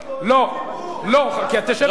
לא, לא, תשב במקום.